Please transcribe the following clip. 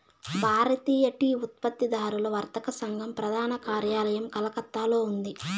భారతీయ tea ఉత్పత్తిదారుల వర్తక సంఘం ప్రధాన కార్యాలయం కలకత్తాలో ఉంది